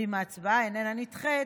ואם ההצעה איננה נדחית,